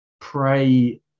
pray